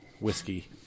Whiskey